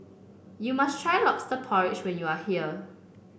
you must try lobster porridge when you are here